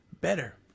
better